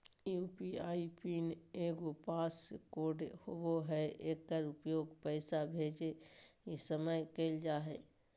UPI pin एगो pass code होबो हइ एकर उपयोग पैसा भेजय समय कइल जा हइ